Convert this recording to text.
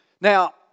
Now